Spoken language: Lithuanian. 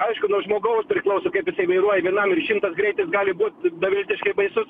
aišku nuo žmogaus priklauso kaip vairuoji vienam ir šimtas greitis gali būt beviltiškai baisus